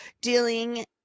dealing